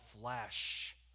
flesh